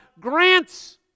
grants